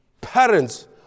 parents